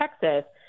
Texas